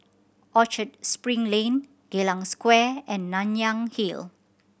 Orchard Spring Lane Geylang Square and Nanyang Hill